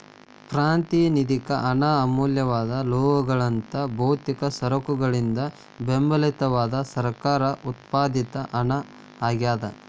ಪ್ರಾತಿನಿಧಿಕ ಹಣ ಅಮೂಲ್ಯವಾದ ಲೋಹಗಳಂತಹ ಭೌತಿಕ ಸರಕುಗಳಿಂದ ಬೆಂಬಲಿತವಾದ ಸರ್ಕಾರ ಉತ್ಪಾದಿತ ಹಣ ಆಗ್ಯಾದ